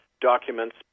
documents